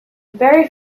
very